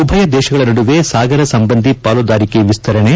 ಉಭಯ ದೇಶಗಳ ನಡುವೆ ಸಾಗರ ಸಂಬಂಧಿ ಪಾಲುದಾರಿಕೆ ವಿಸ್ತರಣೆ